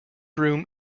room